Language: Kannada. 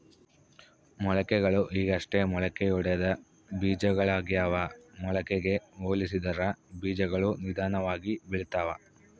ಮೊಳಕೆಗಳು ಈಗಷ್ಟೇ ಮೊಳಕೆಯೊಡೆದ ಬೀಜಗಳಾಗ್ಯಾವ ಮೊಳಕೆಗೆ ಹೋಲಿಸಿದರ ಬೀಜಗಳು ನಿಧಾನವಾಗಿ ಬೆಳಿತವ